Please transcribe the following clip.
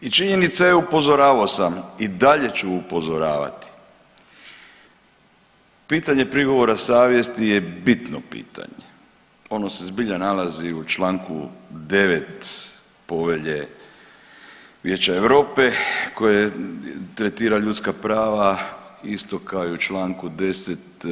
I činjenica je, upozoravao sam i dalje ću upozoravati, pitanje prigovora savjesti je bitno pitanje, ono se zbilja nalazi u čl. 9. Povelje Vijeća Europe koje tretira ljudska prava isto kao i u čl. 10.